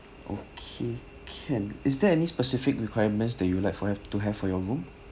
okay can is there any specific requirements that you'd like for have to have for your room